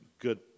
good